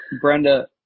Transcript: Brenda